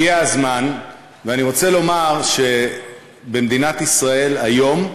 הגיע הזמן, ואני רוצה לומר שבמדינת ישראל היום,